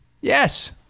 Yes